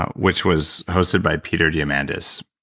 which was hosted by peter diamandis.